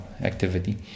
activity